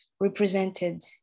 represented